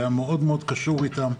הוא היה מאוד מאוד קשור אליהם,